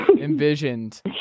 envisioned